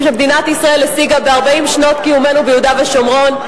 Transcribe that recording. שמדינת ישראל השיגה ב-40 שנות קיומנו ביהודה ושומרון,